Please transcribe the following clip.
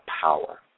power